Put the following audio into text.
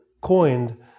coined